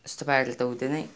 यस्तो पाराले त हुँदैन है